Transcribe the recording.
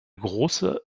große